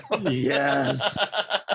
Yes